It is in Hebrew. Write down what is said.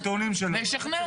ולראות.